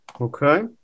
Okay